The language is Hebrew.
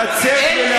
לצאת ולהצית.